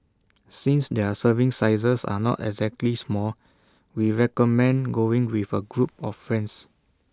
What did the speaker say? since their serving sizes are not exactly small we recommend going with A group of friends